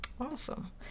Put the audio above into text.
Awesome